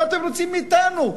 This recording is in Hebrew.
מה אתם רוצים מאתנו?